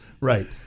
Right